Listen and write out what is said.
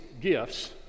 gifts